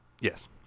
Yes